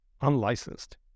unlicensed